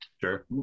Sure